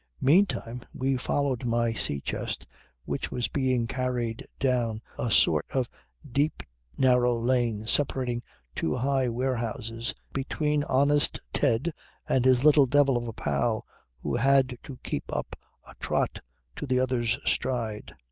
meantime we followed my sea-chest which was being carried down a sort of deep narrow lane, separating two high warehouses, between honest ted and his little devil of a pal who had to keep up a trot to the other's stride.